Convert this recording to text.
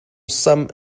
some